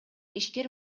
ишкер